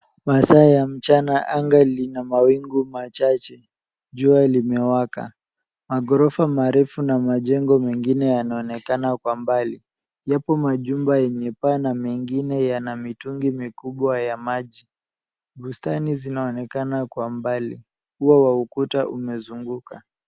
Masaa ya mchana. Anga lina mawingu machache. Jua limewaka. Maghorofa marefu na majengo mengine yanaonekana kwa mbali. Yapo majumba yenye paa na mengine yana mitungi mikubwa ya maji. Bustani zinaonekana kwa mbali. Ua wa ukuta umezunguka.